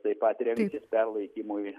taip pat rengsis perlaikymui